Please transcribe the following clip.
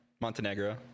Montenegro